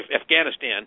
Afghanistan